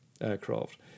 aircraft